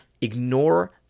Ignore